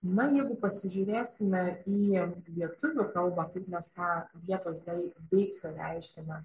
na jeigu pasižiūrėsime į lietuvių kalbą kaip mes tą vietos dei deiksę reiškiame